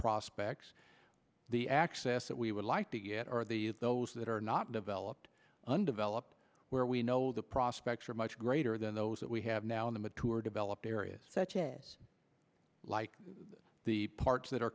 prospects the access that we would like to get are these those that are not developed undeveloped where we know the prospects are much greater than those that we have now in the mature developed areas such as like the parts that are